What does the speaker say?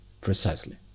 precisely